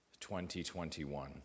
2021